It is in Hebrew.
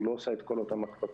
הוא לא עשה את כל אותן הקפצות.